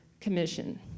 commission